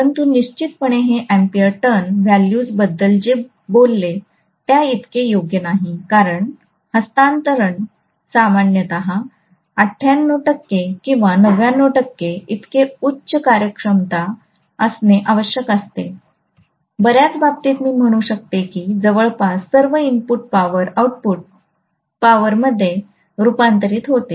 परंतु निश्चितपणे हे एम्पीयर टर्न व्हॅल्यूज बद्दल जे बोलले त्याइतके योग्य नाही कारण हस्तांतरण सामान्यत 98 किंवा 99 इतके उच्च कार्यक्षमता असणे आवश्यक आहे बर्याच बाबतीत मी म्हणू शकतो की जवळपास सर्व इनपुट पॉवर आउटपुट पॉवरमध्ये रूपांतरित होते